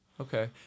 Okay